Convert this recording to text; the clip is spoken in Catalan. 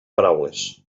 paraules